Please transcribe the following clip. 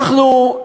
אנחנו,